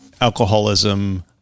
alcoholism